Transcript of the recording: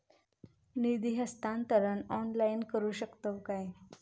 निधी हस्तांतरण ऑनलाइन करू शकतव काय?